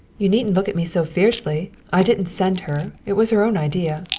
you needn't look at me so fiercely. i didn't send her. it was her own idea.